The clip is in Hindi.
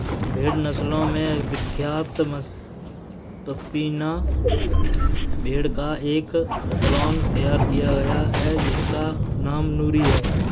भेड़ नस्लों में विख्यात पश्मीना भेड़ का एक क्लोन तैयार किया गया है जिसका नाम नूरी है